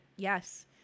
Yes